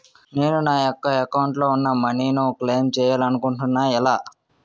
నేను నా యెక్క అకౌంట్ లో ఉన్న మనీ ను క్లైమ్ చేయాలనుకుంటున్నా ఎలా?